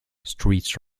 streets